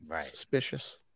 suspicious